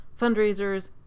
fundraisers